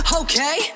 okay